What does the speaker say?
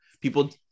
People